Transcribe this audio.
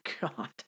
God